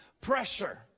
pressure